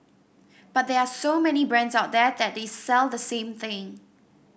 but there are so many brands out there that sell the same thing